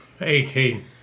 Eighteen